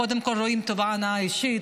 קודם כול הם רואים טובת הנאה אישית,